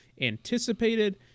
anticipated